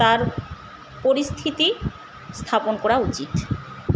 তার পরিস্থিতি স্থাপন করা উচিৎ